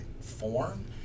form